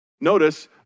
notice